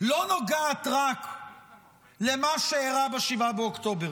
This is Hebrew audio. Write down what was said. לא נוגעת רק למה שאירע ב-7 באוקטובר,